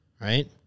Right